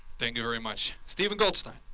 thank you very much steven goldstein.